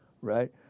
right